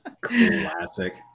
Classic